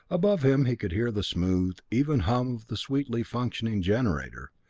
above him he could hear the smooth, even hum of the sweetly functioning generator,